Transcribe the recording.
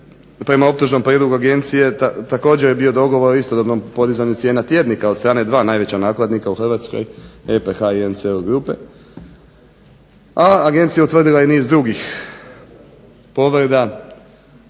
prema optužbama Agencije također je bio dogovor o istodobnom podizanju cijena tjednika od strane dva najveća nakladnika u Hrvatskoj EPH i NCL grupe a agencija utvrdila niz drugih povreda